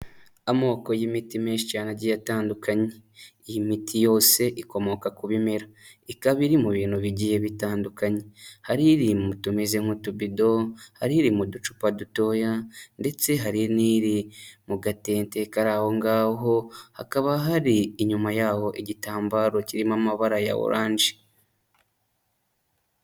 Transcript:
Amoko y'imiti menshi cyane agiye atandukanye, iyi miti yose ikomoka ku bimera, ikaba iri mu bintu bigiye bitandukanye, hari iri mu tumeze nk'utubido hari iri mu ducupa dutoya ndetse hari n'iri mu gatente kari aho ngaho, hakaba hari inyuma yaho igitambaro kirimo amabara ya orange.